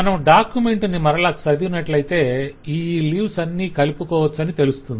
మనం డాక్యుమెంట్ ని మరల చదివినట్లయితే ఈ ఈ లీవ్స్ అన్నీ కలుపుకోవచ్చని తెలుస్తుంది